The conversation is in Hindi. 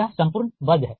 यह संपूर्ण वर्ग है